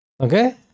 Okay